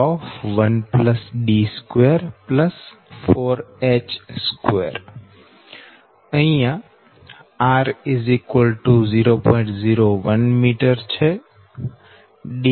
01 m D 3